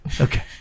Okay